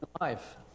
life